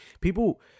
people